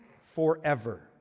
forever